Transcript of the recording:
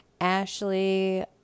Ashley